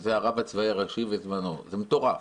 שזה הרב הצבאי הראשי ו -- -זה מטורף,